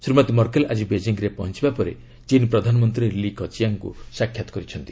Shrimati Merkel ଆଜି ବେକିଂରେ ପହଞ୍ଚିବା ପରେ ଚୀନ୍ ପ୍ରଧାନମନ୍ତ୍ରୀ ଲି କଚିୟାଙ୍ଗ୍ଙ୍କୁ ସାକ୍ଷାତ କରିଛନ୍ତି